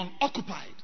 unoccupied